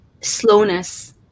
slowness